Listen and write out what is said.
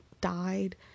died